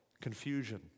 confusion